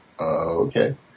okay